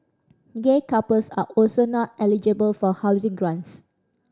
gay couples are also not eligible for housing grants